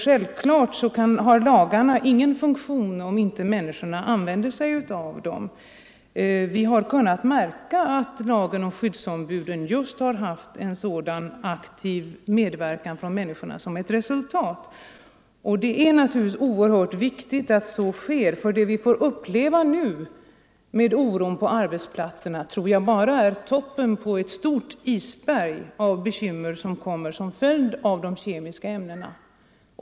Självfallet har lagarna ingen funktion om inte människorna använder sig av dem. Vi har kunnat märka att lagen om skyddsombudens rätt fått till resultat en aktiv medverkan från människorna på arbetsplatserna. Det är oerhört viktigt att så sker. Den oro på arbetsplatserna vi upplever tror jag bara är toppen på ett stort isberg av bekymmer som kommer att uppstå på grund av de kemiska ämnena.